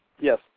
Yes